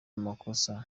amakosa